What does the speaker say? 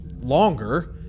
longer